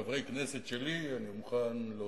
כחבר כנסת, שלי, אני מוכן להודות,